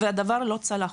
והדבר לא צלח.